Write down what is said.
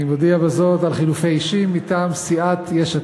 אני מודיע בזאת על חילופי אישים מטעם סיעת יש עתיד,